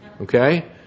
Okay